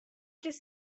just